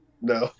No